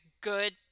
good